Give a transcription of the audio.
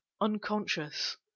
unconscious